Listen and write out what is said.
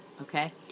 okay